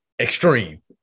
extreme